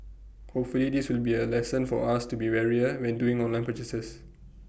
hopefully this will be A lesson for us to be warier when doing online purchases